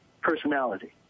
personality